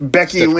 Becky